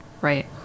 Right